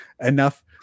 enough